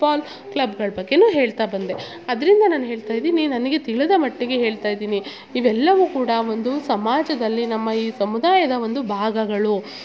ಕ್ಲಬ್ಗಳ ಬಗ್ಗೆನು ಹೇಳ್ತಾ ಬಂದೆ ಅದರಿಂದ ನಾನು ಹೇಳ್ತಾಯಿದಿನಿ ನನಗೆ ತಿಳಿದ ಮಟ್ಟಿಗೆ ಹೇಳ್ತಾಯಿದಿನಿ ಇವೆಲ್ಲವು ಕೂಡ ಒಂದು ಸಮಾಜದಲ್ಲಿ ನಮ್ಮ ಈ ಸಮುದಾಯದ ಒಂದು ಭಾಗಗಳು